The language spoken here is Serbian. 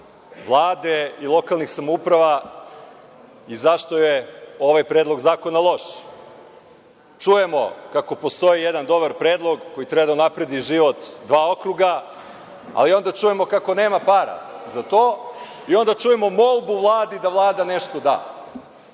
Vlade i lokalnih samouprava i zašto je ovaj predlog zakona loš. Čujemo kako postoji jedan dobar predlog koji treba da unapredi život dva okruga, ali onda čujemo kako nema para za to i onda čujemo molbu Vladi da Vlada nešto da.